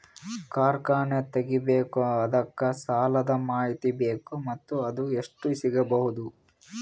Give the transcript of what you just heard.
ಕಾರ್ಖಾನೆ ತಗಿಬೇಕು ಅದಕ್ಕ ಸಾಲಾದ ಮಾಹಿತಿ ಬೇಕು ಮತ್ತ ಅದು ಎಷ್ಟು ಸಿಗಬಹುದು?